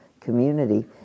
community